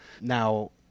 now